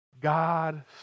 God